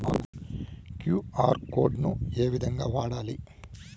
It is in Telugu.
క్యు.ఆర్ కోడ్ ను ఏ విధంగా వాడాలి?